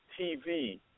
TV